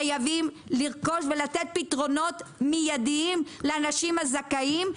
חייבים לרכוש ולתת פתרונות מידיים לאנשים הזכאיים,